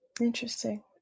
Interesting